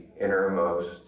innermost